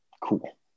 cool